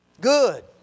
Good